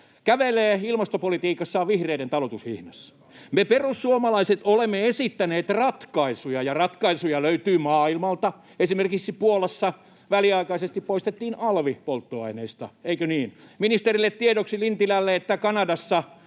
kävelevät ilmastopolitiikassaan vihreiden talutushihnassa. Me perussuomalaiset olemme esittäneet ratkaisuja, ja ratkaisuja löytyy maailmalta: esimerkiksi Puolassa väliaikaisesti poistettiin alvi polttoaineista, eikö niin? Ministeri Lintilälle tiedoksi, että Kanadassa